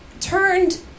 turned